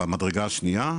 במדרגה השנייה,